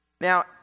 Now